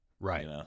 Right